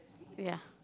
ya